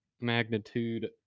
magnitude